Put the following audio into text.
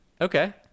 Okay